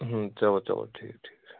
اۭں چلو چلو ٹھیٖک